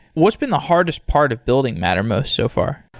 what's been the hardest part of building mattermost so far?